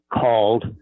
called